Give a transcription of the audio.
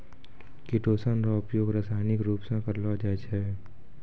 chitosan रो उपयोग रासायनिक रुप से करलो जाय छै